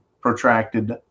protracted